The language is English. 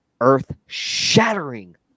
earth-shattering